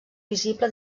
visible